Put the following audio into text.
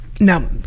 Now